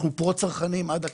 אנחנו פרו צרכנים עד הקצה.